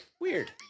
Weird